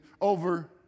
over